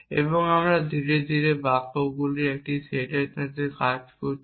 এবং এখন আমরা ধীরে ধীরে বাক্যগুলির একটি সেটের দিকে কাজ করছি